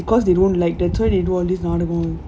because they don't like that's why they do all this